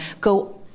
go